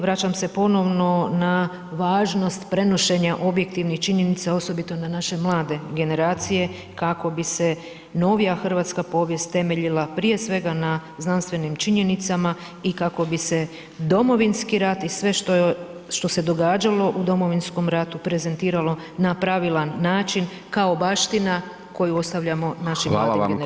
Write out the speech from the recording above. Vraćam se ponovno na važnost prenošenja objektivnih činjenica osobito na naše mlade generacije kako bi se novija hrvatska povijest temeljila prije svega na znanstvenim činjenicama i kako bi se Domovinski rat i sve što se događalo u Domovinskom ratu prezentiralo na pravilan način kao baština koju ostavljamo našim mladim generacijama.